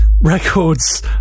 records